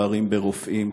פערים ברופאים,